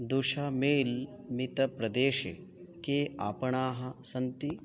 दुशमील्मितप्रदेशे के आपणाः सन्ति